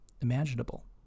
imaginable